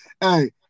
Hey